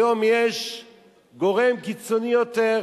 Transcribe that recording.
היום יש גורם קיצוני יותר.